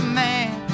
man